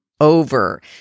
over